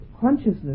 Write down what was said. consciousness